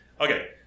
okay